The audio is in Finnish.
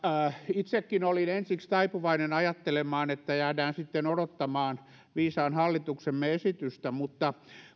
itsekin olin ensiksi taipuvainen ajattelemaan että jäädään sitten odottamaan viisaan hallituksemme esitystä mutta